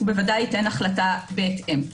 ודאי ייתן החלטה בהתאם.